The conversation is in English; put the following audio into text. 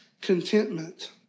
contentment